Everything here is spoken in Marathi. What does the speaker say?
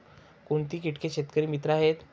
कोणती किटके शेतकरी मित्र आहेत?